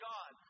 God